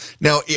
Now